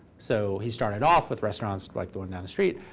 so he started off with restaurants like the one down the street.